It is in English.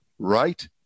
right